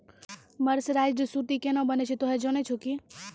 mercerised सूती केना बनै छै तोहों जाने छौ कि